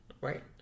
right